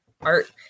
art